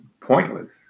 pointless